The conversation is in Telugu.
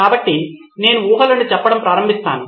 కాబట్టి నేను ఊహలను చెప్పడం ప్రారంభిస్తాను